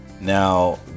Now